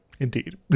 indeed